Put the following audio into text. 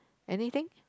anything